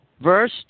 Verse